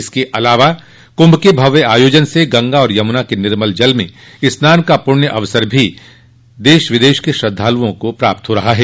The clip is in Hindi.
इसके अलावा कुंभ के भव्य आयोजन से गंगा और यमुना के निर्मल जल में स्नान का पुण्य अवसर भी देश विदेश के श्रद्धालुओं को प्राप्त हो रहा है